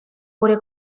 gure